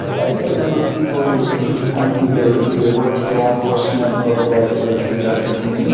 i think a number of people who've who've kind of either either worked for law enforcement, or otherwise sort of suggested to me. you know